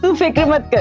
but forgive us,